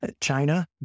China